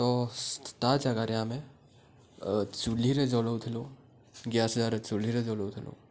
ତ ତା ଜାଗାରେ ଆମେ ଚୁଲ୍ଲିରେ ଜଲଉଥିଲୁ ଗ୍ୟାସ୍ ଜାଗାରେ ଚୁଲ୍ଲିରେ ଜଲଉଥିଲୁ